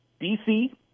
DC